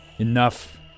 Enough